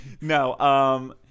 No